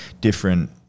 different